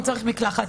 הוא צריך מקלחת.